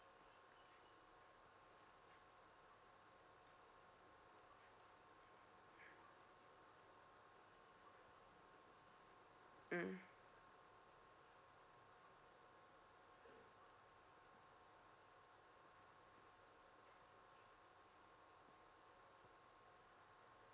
mm